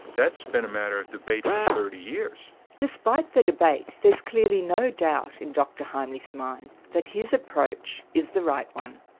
that's been a matter of debate for thirty years. despite the debate there's clearly no doubt in dr heimlich's mind that his approach is the right one.